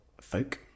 folk